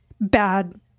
bad